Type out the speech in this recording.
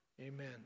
Amen